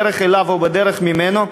בדרך אליו או בדרך ממנו,